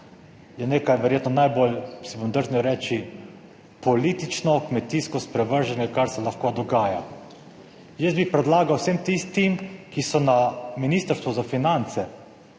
je nekaj verjetno najbolj, si bom drznil reči, politično kmetijsko sprevrženo kar se lahko dogaja. Jaz bi predlagal vsem tistim, ki so na Ministrstvu za finance